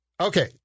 Okay